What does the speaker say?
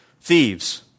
Thieves